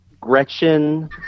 Gretchen